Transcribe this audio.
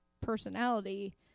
personality